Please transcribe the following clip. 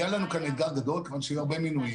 היה לנו כאן אתגר גדול כיוון שהיו הרבה מינויים.